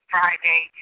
Friday